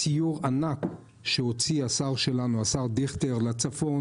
סיור ענק שהוציא השר דיכטר לצפון.